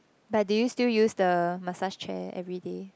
but do you still use the massage chair everyday